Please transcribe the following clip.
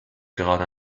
gerade